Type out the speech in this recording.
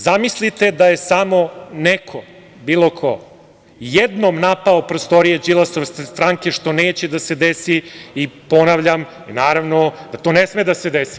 Zamislite da je samo neko, bilo ko, jednom napao prostorije Đilasove stranke, što neće da se desi, i ponavljam da to ne sme da se deli.